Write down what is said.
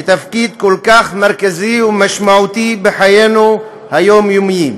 בתפקיד כל כך מרכזי ומשמעותי בחיינו היומיומיים.